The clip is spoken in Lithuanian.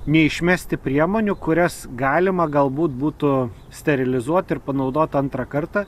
neišmesti priemonių kurias galima galbūt būtų sterilizuot ir panaudoti antrą kartą